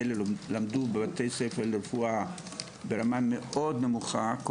האלה למדו בבתי ספר לרפואה ברמה מאוד נמוכה,